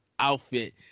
outfit